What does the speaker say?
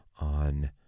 on